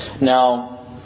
Now